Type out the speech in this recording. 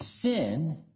sin